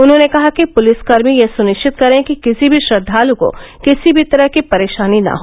उन्होंने कहा कि पुलिसकर्मी यह सुनिश्चित करें कि किसी भी श्रद्वालु को किसी भी तरह की परेशानी न हो